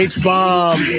H-Bomb